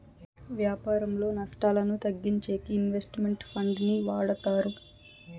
వ్యాపారంలో నష్టాలను తగ్గించేకి ఇన్వెస్ట్ మెంట్ ఫండ్ ని వాడతారు